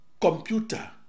computer